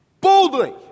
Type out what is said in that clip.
Boldly